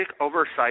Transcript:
oversight